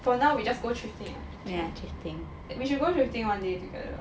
for now we just go thrifting ah we should go thrifting one day together